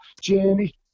journey